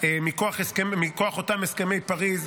מכוח הסכם ומכוח אותם הסכמי פריז,